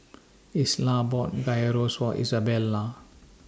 Isla bought Gyros For Izabella